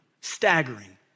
staggering